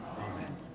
Amen